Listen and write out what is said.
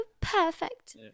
perfect